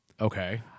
Okay